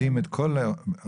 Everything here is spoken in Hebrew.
מכילים את כל האוכלוסיות,